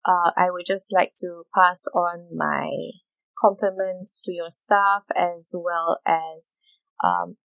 uh I would just like to pass on my compliments to your staff as well as um